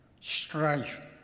strife